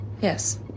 Yes